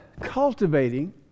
cultivating